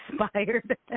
expired